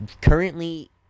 currently